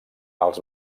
els